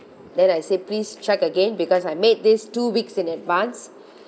then I say please check again because I made this two weeks in advance